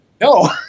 No